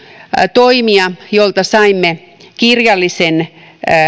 toimija jolta saimme kirjallisen